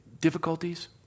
difficulties